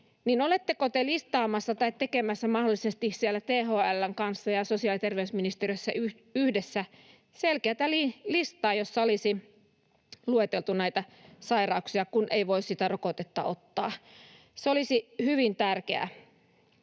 Oletteko te listaamassa tai mahdollisesti tekemässä sosiaali‑ ja terveysministeriössä yhdessä THL:n kanssa selkeätä listaa, jossa olisi lueteltu näitä sairauksia, kun ei voi sitä rokotetta ottaa? Se olisi hyvin tärkeää